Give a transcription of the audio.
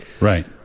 right